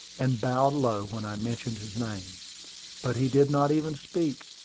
and bowed low when i mentioned his name but he did not even speak,